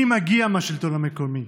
אני מגיע מהשלטון המקומי.